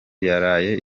yaraye